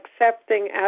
accepting